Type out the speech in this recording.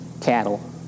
cattle